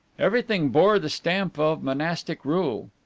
everything bore the stamp of monastic rule.